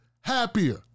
happier